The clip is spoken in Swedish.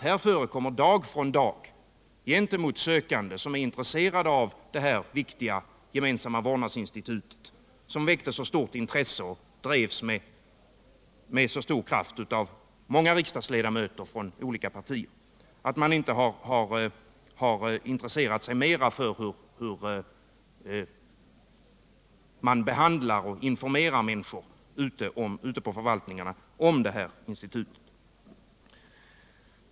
Här förekommer dock dag från dag sökande som är intresserade av det viktiga gemensamma vårdnadsinstitutet, som väckte så stort intresse och som drevs med så stor kraft av många riksdagsledamöter från olika partier. Man borde ha intresserat sig mera för hur man ute på förvaltningarna behandlar och informerar människor om detta institut.